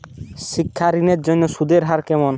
শিক্ষা ঋণ এর জন্য সুদের হার কেমন?